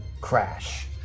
Crash